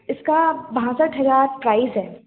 इसका बासठ हज़ार प्राइस है